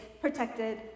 protected